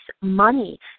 money